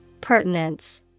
Pertinence